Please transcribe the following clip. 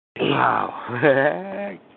Wow